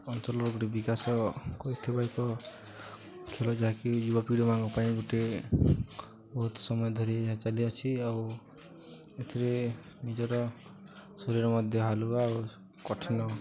ଅଞ୍ଚଳର ଗୋଟେ ବିକାଶ କରିଥିବା ଏକ ଖେଳ ଯାହାକି ଯୁବପିଢ଼ିମାନଙ୍କ ପାଇଁ ଗୋଟିଏ ବହୁତ ସମୟ ଧରି ଚାଲିଅଛି ଆଉ ଏଥିରେ ନିଜର ଶରୀର ମଧ୍ୟ ହାଲୁକା ଆଉ କଠିନ